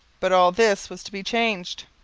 but all this was to be changed.